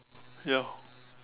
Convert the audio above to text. ya